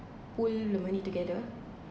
pull the money together